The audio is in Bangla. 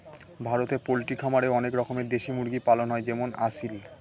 ভারতে পোল্ট্রি খামারে অনেক রকমের দেশি মুরগি পালন হয় যেমন আসিল